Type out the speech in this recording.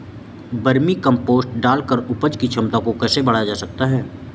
Vermi compost डालकर उपज की क्षमता को कैसे बढ़ाया जा सकता है?